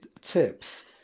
tips